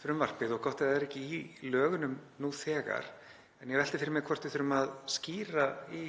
frumvarpið, gott ef það er ekki í lögunum nú þegar en ég velti fyrir mér hvort við þurfum að skýra í